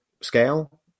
scale